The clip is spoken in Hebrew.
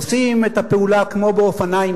עושים את הפעולה כמו באופניים,